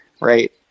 right